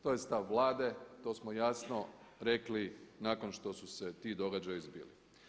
To je stav Vlade, to smo jasno rekli nakon što su se ti događaji zbili.